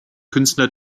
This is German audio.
künstler